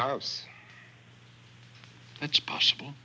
house it's possible